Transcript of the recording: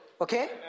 okay